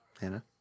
Hannah